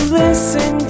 listen